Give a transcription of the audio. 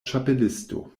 ĉapelisto